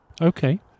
Okay